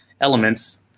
elements